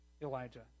Elijah